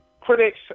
critics